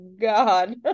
god